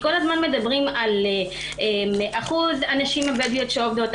כל הזמן מדברים על שיעור הנשים הבדואיות שעובדות,